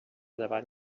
davant